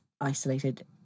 isolated